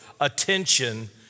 attention